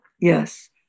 Yes